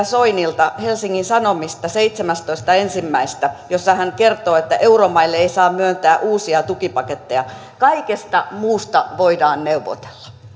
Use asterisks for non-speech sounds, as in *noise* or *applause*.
*unintelligible* soinilta helsingin sanomista seitsemästoista ensimmäistä jossa hän kertoo että euromaille ei saa myöntää uusia tukipaketteja kaikesta muusta voidaan neuvotella